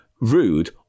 rude